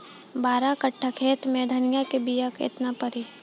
बारह कट्ठाखेत में धनिया के बीया केतना परी?